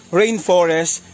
rainforest